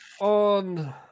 On